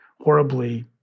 horribly